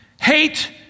hate